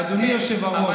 אדוני היושב-ראש,